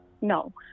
No